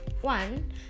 one